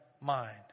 mind